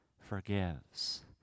forgives